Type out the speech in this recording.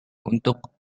untuk